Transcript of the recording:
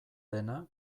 dena